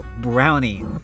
brownie